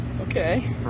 Okay